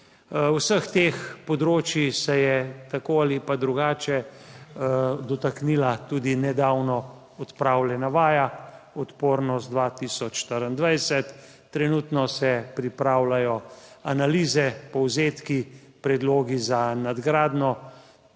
Vseh teh področij se je tako ali pa drugače dotaknila tudi nedavno odpravljena vaja Odpornost 2024. Trenutno se pripravljajo analize, povzetki, predlogi za nadgradnjo.